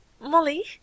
Molly